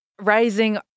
rising